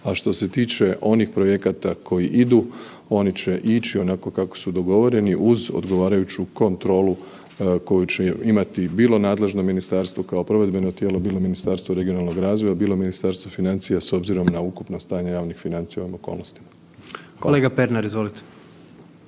a što se tiče onih projekata koji idu, oni će ići onako kako su dogovoreni uz odgovarajuću kontrolu koju će imati, bilo nadležna ministarstvo kao provedbeno tijelo, bilo Ministarstvo regionalnog razvoja, bilo Ministarstvo financija s obzirom na ukupno stanje javnih financija u ovim okolnostima. **Jandroković,